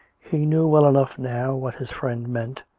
he knew well enough now what his friend meant,